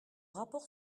rapport